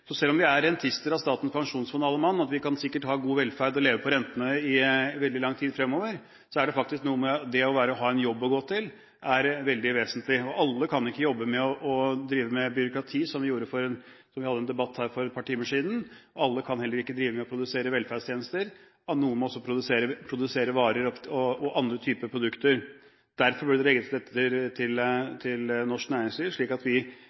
så selv om vi er rentenister av Statens pensjonsfond, alle mann, og vi sikkert kan ha god velferd og leve på rentene i veldig lang tid fremover, er det faktisk slik at det å ha en jobb å gå til er veldig vesentlig. Alle kan ikke ha en jobb hvor man driver med byråkrati, som vi hadde en debatt om her for et par timer siden. Alle kan heller ikke ha en jobb hvor man driver med å produsere velferdstjenester. Noen må produsere varer og andre typer produkter. Derfor bør det legges til rette for norsk næringsliv, slik at vi